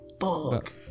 Fuck